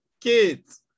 kids